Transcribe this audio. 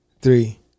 three